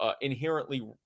inherently